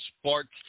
Sports